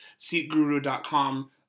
Seatguru.com